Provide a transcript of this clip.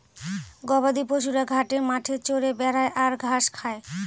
গবাদি পশুরা ঘাটে মাঠে চরে বেড়ায় আর ঘাস খায়